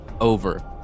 over